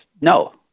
no